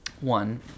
one